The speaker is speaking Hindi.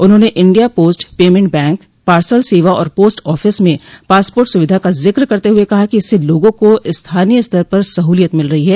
उन्होंने India post payment bank parcel सेवा और पोस्ट आफिस में पासपोर्ट सुविधा का जिक्र करते हुए कहा कि इससे लोगों को स्थानीय स्तर पर सहूलियत मिल रही है